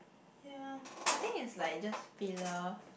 ya I think is like just filial